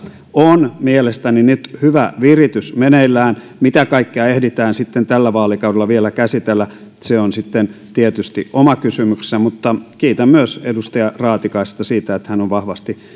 on mielestäni nyt hyvä viritys meneillään mitä kaikkea ehditään sitten tällä vaalikaudella vielä käsitellä se on sitten tietysti oma kysymyksensä mutta myös minä kiitän edustaja raatikaista siitä että hän on vahvasti